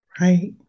right